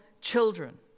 children